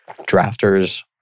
drafters